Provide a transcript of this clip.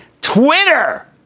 Twitter